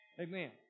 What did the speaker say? Amen